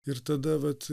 ir tada vat